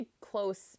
close